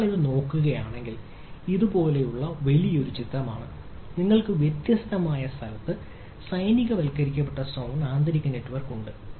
നമ്മൾ ഇത് നോക്കുകയാണെങ്കിൽ ഇതുപോലുള്ള ഒരു വലിയ ചിത്രമാണ് നിങ്ങൾക്ക് വ്യത്യസ്തമായ സ്ഥലത്ത് സൈനികവൽക്കരിക്കപ്പെട്ട സോൺ ആന്തരിക നെറ്റ്വർക്ക് ഉണ്ട്